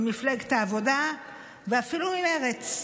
ממפלגת העבודה ואפילו ממרצ,